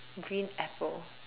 green apple